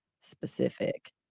specific